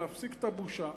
להפסיק את הבושה,